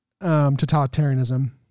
totalitarianism